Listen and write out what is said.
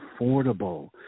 affordable